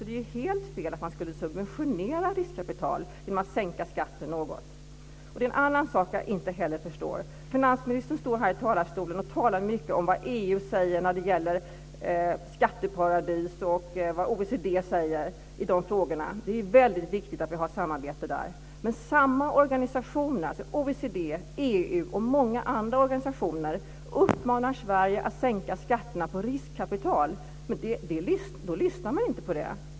Det är helt fel att man skulle subventionera riskkapital genom att sänka skatten något. Det finns en annan sak som jag inte heller förstår. Finansministern står här i talarstolen och talar mycket om vad EU och OECD säger när det gäller skatteparadis. Det är väldigt viktigt att vi har ett samarbete där. Men när samma organisationer, dvs. EU, OECD och många andra organisationer, uppmanar Sverige att sänka skatterna på riskkapital lyssnar man inte på det.